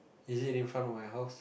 is it in front of my house